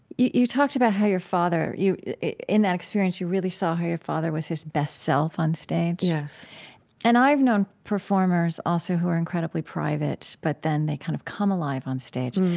you you talked about how your father in that experience, you really saw how your father was his best self on stage yes and i've known performers, also, who are incredibly private, but then they kind of come alive on stage.